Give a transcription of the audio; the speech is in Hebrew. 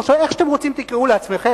איך שאתם רוצים תקראו לעצמכם,